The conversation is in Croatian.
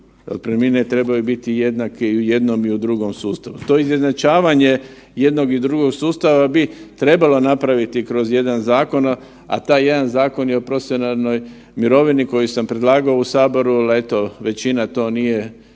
Otpremnine trebaju biti jednake i u jednom i drugom sustavu. To izjednačavanje jednog i drugog sustava bi trebalo napraviti kroz jedan zakon, a taj jedan zakon je o profesionalnoj mirovini koji sam predlagao u saboru, ali eto većina to nije